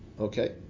Okay